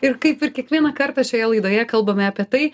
ir kaip ir kiekvieną kartą šioje laidoje kalbame apie tai